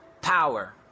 power